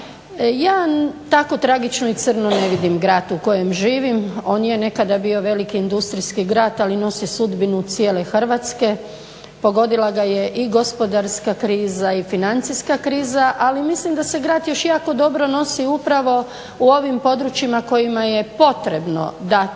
Ja tako tragično i crno ne vidim grad u kojem živim. On je nekada bio veliki industrijski grad ali nosi sudbinu cijele Hrvatske, pogodila ga je i gospodarska kriza i financijska kriza ali mislim da se grad još jako dobro nosi upravo u ovim područjima kojima je potrebno dati